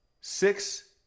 six